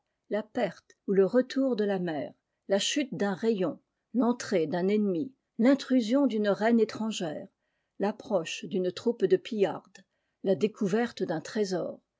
la perte ou le retour de la mère la chute d'un rayon l'entrée d'un ennemi l'intrusion d'une reine étrangère l'approche d'une troupe de pillardes la découverte d'un trésor